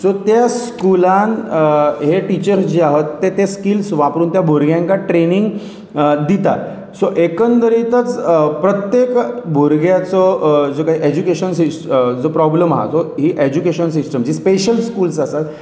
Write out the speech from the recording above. so त्या स्कुलान हे टिचर्स जे आहात ते ते स्किल्स वापरून त्या भुरग्यांक ट्रेनींग दितात सो एकंदरीतच प्रत्येक भुरग्याचो जो एजुकेशनिस जो प्रोब्लम आहा ही एज्युकेशन सिस्टम जी स्पेशल स्कूल्स आसात